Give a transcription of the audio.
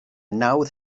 nawdd